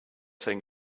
think